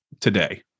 today